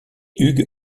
hugues